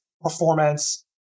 performance